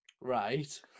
Right